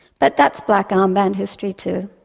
but that's black armband history, too,